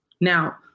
Now